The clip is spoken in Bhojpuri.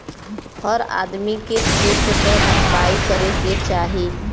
हर आदमी के सुल्क क भरपाई करे के चाही